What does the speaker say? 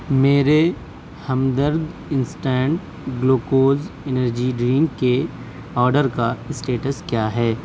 میرے Hamdard instant glucose energy drink کے order کا اسٹیٹس کیا ہے